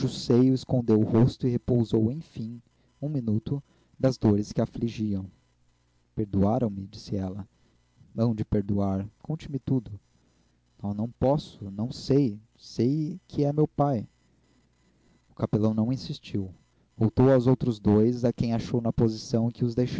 seio escondeu o rosto e repousou enfim um minuto das dores que a afligiam perdoaram me disse ela hão de perdoar conte-me tudo oh não posso não sei sei que é meu pai o capelão não insistiu voltou aos outros dois a quem achou na posição em que os